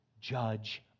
judge